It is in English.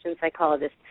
psychologist